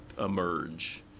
emerge